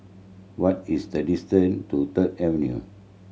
what is the distance to Third Avenue